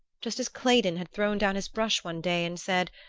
just as claydon had thrown down his brush one day and said,